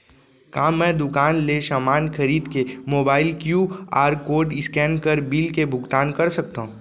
का मैं दुकान ले समान खरीद के मोबाइल क्यू.आर कोड स्कैन कर बिल के भुगतान कर सकथव?